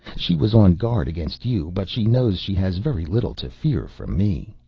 she was on guard against you, but she knows she has very little to fear from me.